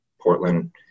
Portland